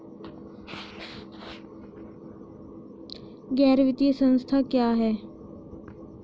गैर वित्तीय संस्था क्या है?